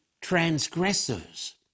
transgressors